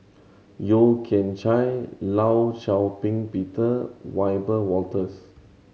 Yeo Kian Chye Law Shau Ping Peter Wiebe Wolters